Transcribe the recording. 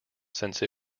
since